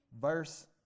verse